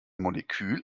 molekül